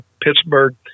Pittsburgh